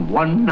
one